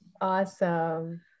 Awesome